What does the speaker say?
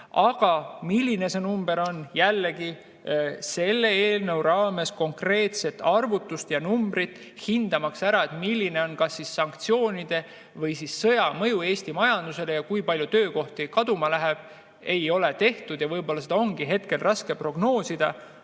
Aga milline see number on? Jällegi, selle eelnõu raames konkreetset arvutust, hindamaks, milline on sanktsioonide või sõja mõju Eesti majandusele ja kui palju töökohti kaduma läheb, ei ole tehtud ja seda on hetkel raske prognoosida,